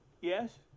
Yes